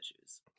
issues